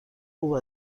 خوب